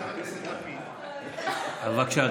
בבקשה,